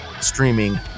streaming